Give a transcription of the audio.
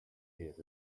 hears